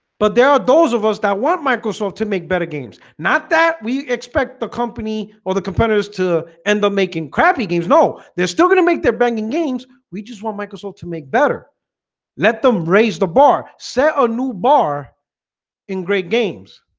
but there are those of us that want microsoft to make better games not that we expect the company or the competitors to end up making crappy games. no, they're still gonna make their banking games we just want microsoft to make better let them raise the bar set a new bar in great games